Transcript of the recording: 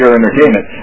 Entertainment